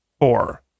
four